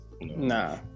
Nah